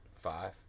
Five